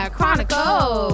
Chronicle